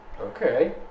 Okay